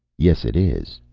yes, it is,